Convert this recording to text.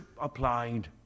applied